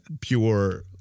pure